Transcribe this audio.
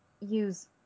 use